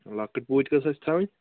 لۅکٕٹۍ پوٗتۍ کَٕژ حظ چھِ تھاوٕنۍ